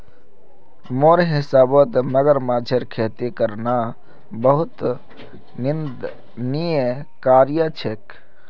मोर हिसाबौत मगरमच्छेर खेती करना बहुत निंदनीय कार्य छेक